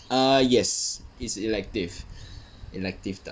ah yes is elective elective 的